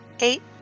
Eight